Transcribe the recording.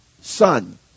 son